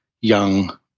young